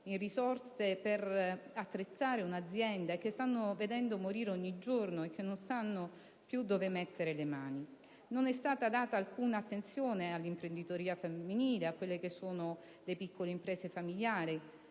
in risorse per attrezzare una azienda, che stanno vedendo morire ogni giorno e non sanno più dove mettere le mani. Non è stata prestata alcuna attenzione all'imprenditoria femminile, a quelle che sono le piccole imprese familiari